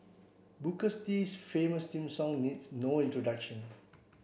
Booker T's famous theme song needs no introduction